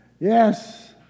Yes